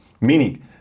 Meaning